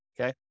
Okay